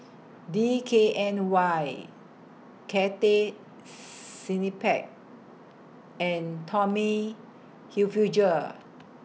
D K N Y Cathay Cineplex and Tommy Hilfiger